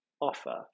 offer